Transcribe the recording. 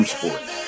Sports